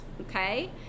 okay